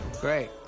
Great